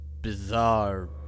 bizarre